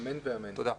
תודה.